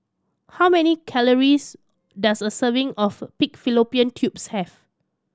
how many calories does a serving of pig fallopian tubes have